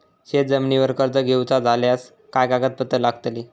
शेत जमिनीवर कर्ज घेऊचा झाल्यास काय कागदपत्र लागतली?